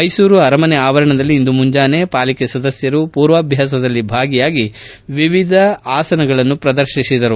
ಮೈಸೂರು ಅರಮನೆ ಆವರಣದಲ್ಲಿ ಇಂದು ಮುಂಜಾನೆ ಪಾಲಿಕೆ ಸದಸ್ದರು ಪೂರ್ವಭ್ಯಾಸದಲ್ಲಿ ಭಾಗಿಯಾಗಿ ವಿವಿಧ ಆಸನಗಳನ್ನು ಪ್ರದರ್ತಿಸಿದರು